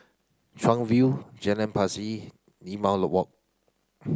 Chuan View Jalan Pacheli Limau Walk